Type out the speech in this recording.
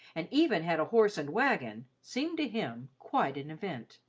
and even had a horse and wagon, seemed to him quite an event.